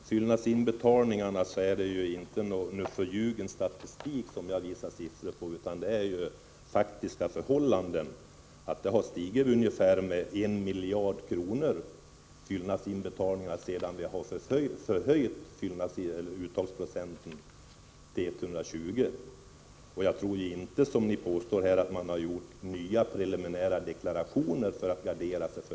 Fru talman! När det gäller B-skattefyllnadsinbetalningar är det inte någon förljugen statistik som jag redovisar. Siffrorna visar det faktiska förhållandet, att fyllnadsinbetalningarna har stigit med ungefär 1 miljard kronor sedan vi höjde uttagningsprocenten till 120. Jag tror inte att det, som ni påstår, är fler som gjort preliminärdeklarationer för att gardera sig.